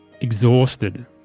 exhausted